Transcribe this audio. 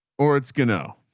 or it's gonna know